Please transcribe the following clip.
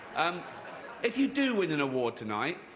um if you do win an award tonight,